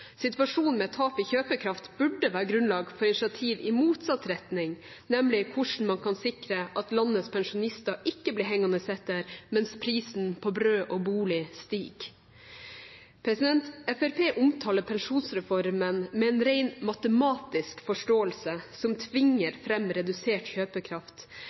Situasjonen med tap av kjøpekraft burde vært grunnlag for initiativ i motsatt retning, nemlig hvordan man kan sikre at landets pensjonister ikke blir hengende etter mens prisen på brød og bolig stiger. Fremskrittspartiet omtaler pensjonsreformen med en ren matematisk forståelse, som tvinger fram redusert kjøpekraft.